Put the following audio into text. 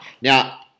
Now